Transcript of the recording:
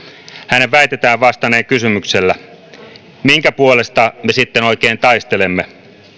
hänen väitetään vastanneen kysymyksellä minkä puolesta me sitten oikein taistelemme